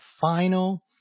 final